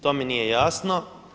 To mi nije jasno.